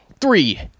Three